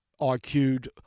IQ'd